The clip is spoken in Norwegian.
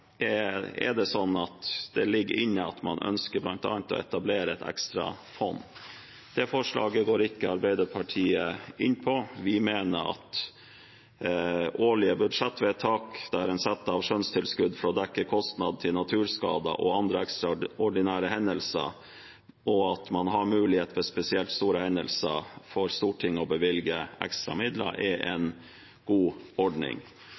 går Arbeiderpartiet ikke inn for. Vi mener at årlige budsjettvedtak, der en setter av skjønnstilskudd for å dekke kostnader til naturskader og andre ekstraordinære hendelser, og at Stortinget har mulighet til, ved spesielt store hendelser, å bevilge ekstra midler, er en god ordning.